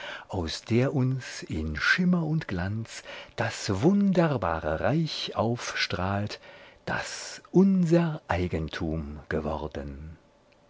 aus der uns in schimmer und glanz das wunderbare reich aufstrahlt das unser eigentum geworden